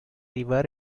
river